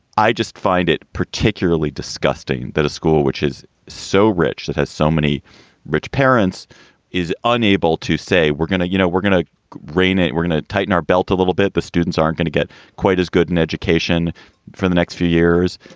i just find it particularly disgusting that a school which is so rich, that has so many rich parents is unable to say, we're gonna you know, we're gonna reign it. we're going to tighten our belts a little bit. the students aren't going to get quite as good an education for the next few years.